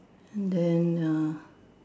then err